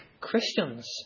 Christians